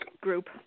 group